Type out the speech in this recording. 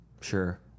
Sure